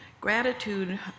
Gratitude